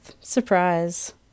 Surprise